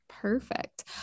Perfect